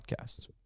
podcasts